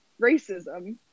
racism